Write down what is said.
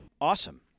Awesome